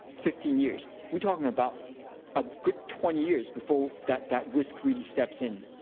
fifteen years. we're talking about a good twenty years before that that risk really steps in.